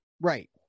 Right